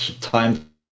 time